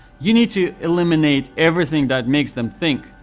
you need to eliminate everything that makes them think.